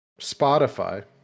spotify